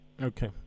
Okay